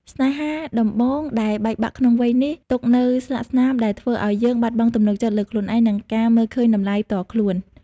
ស្នេហាដំបូងដែលបែកបាក់ក្នុងវ័យនេះ ទុកនូវស្លាកស្នាមដែលធ្វើឱ្យយើងបាត់បង់ទំនុកចិត្តលើខ្លួនឯង និងការមើលឃើញតម្លៃផ្ទាល់ខ្លួន។